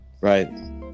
Right